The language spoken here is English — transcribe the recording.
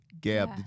Gab